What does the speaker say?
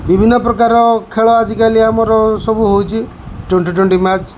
ବିଭିନ୍ନ ପ୍ରକାର ଖେଳ ଆଜିକାଲି ଆମର ସବୁ ହେଉଛି ଟ୍ୱେଣ୍ଟି ଟ୍ୱେଣ୍ଟି ମ୍ୟାଚ୍